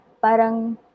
parang